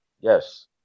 yes